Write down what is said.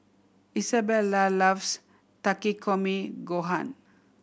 Isabela loves Takikomi Gohan